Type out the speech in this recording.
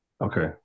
Okay